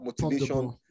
motivation